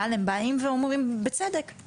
אבל ה באים ואומרים בצדק,